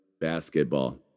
basketball